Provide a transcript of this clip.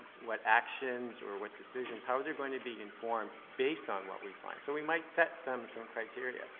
what actions or what decisions, how are they going to be informed based on what we find. so we might set some, some criteria.